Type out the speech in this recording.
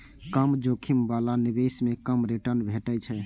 कम जोखिम बला निवेश मे कम रिटर्न भेटै छै